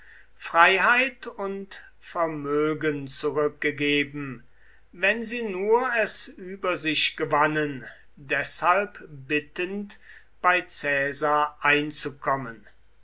freiheit und vermögen zurückgegeben wenn sie nur es über sich gewannen deshalb bittend bei caesar einzukommen